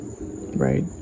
right